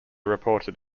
reported